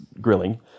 grilling